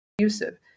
abusive